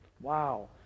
Wow